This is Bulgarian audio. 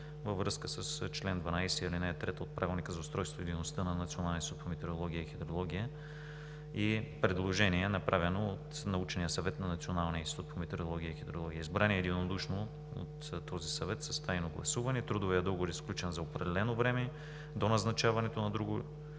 във връзка с чл. 12, ал. 3 от Правилника за устройството и дейността на Националния институт по метеорология и хидрология и предложение, направено от Научния съвет на Националния институт по метеорология и хидрология. Избран е единодушно от този съвет с тайно гласуване. Трудовият договор е сключен за определено време до назначаването на друго